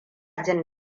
jin